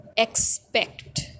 expect